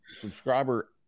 subscriber